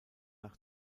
nach